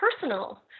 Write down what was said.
personal